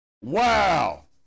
Wow